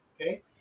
okay